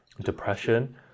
depression